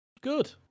Good